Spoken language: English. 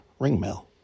Ringmail